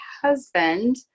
husband